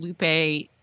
Lupe